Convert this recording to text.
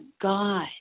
God